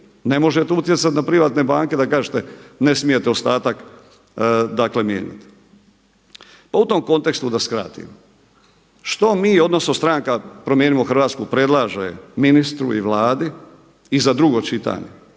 Ne možete utjecati na privatne banke da kažete ne smijete ostatak mijenjati. Pa u tom kontekstu da skratim, što mi odnosno stranka Promijenimo Hrvatsku predlaže ministru i Vladi i za drugo čitanje,